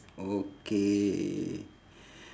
okay